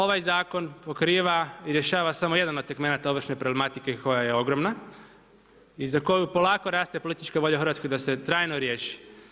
Ovaj zakon pokriva i rješava samo jedan od segmenata ovršne problematike koja je ogromna i za koju polako raste politička volja u Hrvatskoj da se trajno riješi.